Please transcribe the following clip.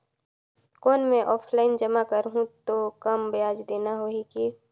कौन मैं ऑफलाइन जमा करहूं तो कम ब्याज देना होही की?